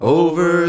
over